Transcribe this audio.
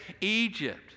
Egypt